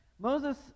Moses